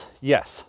Yes